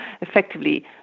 effectively